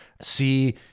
see